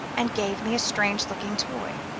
and gave me a strange-looking toy